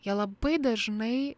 jie labai dažnai